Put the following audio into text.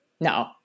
no